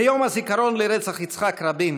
ביום הזיכרון לרצח יצחק רבין